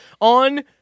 on